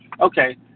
Okay